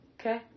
Okay